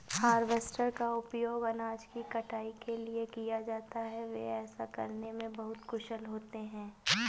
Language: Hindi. हार्वेस्टर का उपयोग अनाज की कटाई के लिए किया जाता है, वे ऐसा करने में बहुत कुशल होते हैं